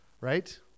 right